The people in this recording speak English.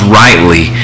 rightly